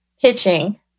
pitching